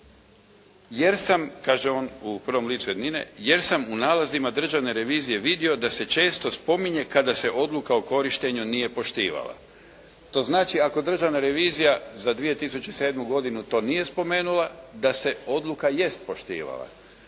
“Jer sam“ kaže on u prvom licu jednine “jer sam u nalazima Državne revizije vidio da se često spominje kada se Odluka o korištenju nije poštivala.“ To znači ako Državna revizija za 2007. godinu to nije spomenula, da se odluka jest poštivala.